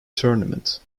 tournament